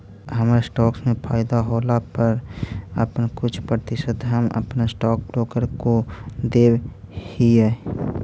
हमर स्टॉक्स में फयदा होला पर अपन कुछ प्रतिशत हम अपन स्टॉक ब्रोकर को देब हीअई